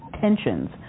tensions